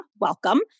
welcome